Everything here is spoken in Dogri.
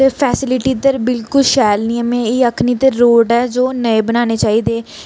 ते फैसिलिटी इद्धर बिलकुल शैल नि ऐ में एह् आखनी ते रोड ऐ जो ओह् नए बनाने चाहिदे